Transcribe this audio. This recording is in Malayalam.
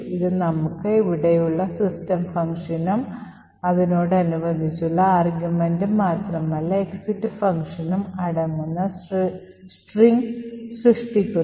ഇത് നമുക്ക് ഇവിടെയുള്ള system ഫംഗ്ഷനും അതിനോടനുബന്ധിച്ചുള്ള ആർഗ്യുമെന്റും മാത്രമല്ല എക്സിറ്റ് ഫംഗ്ഷനും അടങ്ങുന്ന സ്ട്രിംഗ് സൃഷ്ടിക്കുന്നു